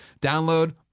download